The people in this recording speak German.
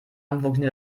funktioniert